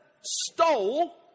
stole